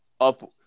up